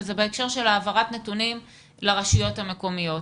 וזה בהקשר של העברת נתונים לרשויות המקומיות.